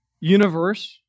universe